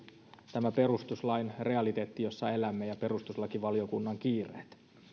tämä perustuslain realiteetti jossa elämme ja perustuslakivalokunnan kiireet